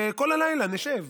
כל הלילה נשב.